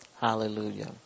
Hallelujah